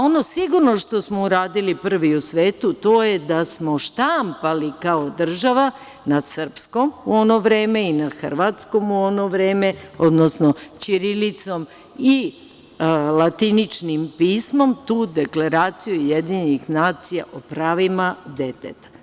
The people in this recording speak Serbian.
Ono sigurno što smo uradili prvi u svetu, to je da smo štampali kao država na srpskom, u ono vreme, i na hrvatskom, u ono vreme, odnosno ćirilicom i latiničnim pismom, tu Deklaraciju UN o pravima deteta.